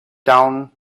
down